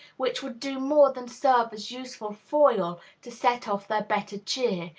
which would do more than serve as useful foil to set off their better cheer,